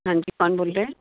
हाँ जी कौन बोल रहे हैं